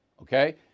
Okay